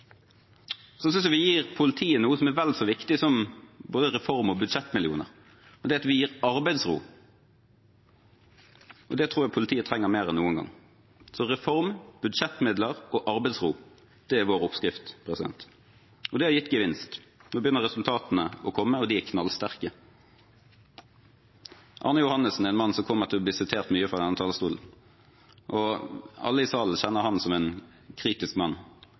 synes vi gir politiet noe som er vel så viktig som både reform og budsjettmillioner. Det er at vi gir det arbeidsro, og det tror jeg politiet trenger mer enn noen gang. Reform, budsjettmidler og arbeidsro er vår oppskrift, og det har gitt gevinst. Nå begynner resultatene å komme, og de er knallsterke. Arne Johannessen er en mann som kommer til å bli sitert mye fra denne talerstolen, og alle i salen kjenner ham som en kritisk mann.